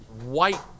white